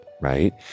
right